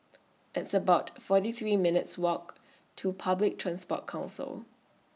It's about forty three minutes' Walk to Public Transport Council